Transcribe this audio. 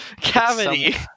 Cavity